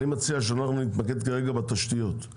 אני מציע שנתמקד כרגע בתשתיות,